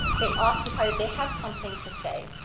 they ought to, they have something to say.